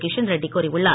கிஷன் ரெட்டி கூறியுள்ளார்